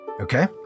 Okay